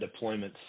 deployments